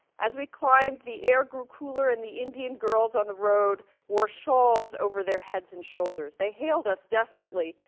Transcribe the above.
as we climbed the air grew cooler and the indian girls on the road wore shawls over their heads and shoulders. they hailed us desperately.